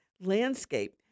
landscape